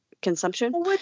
consumption